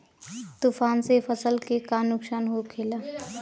तूफान से फसल के का नुकसान हो खेला?